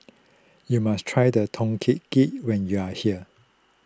you must try the Tom Kha Gai when you are here